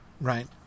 right